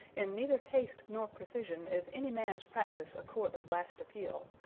in neither taste nor precision is any man's practice a court of last appeal,